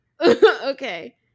Okay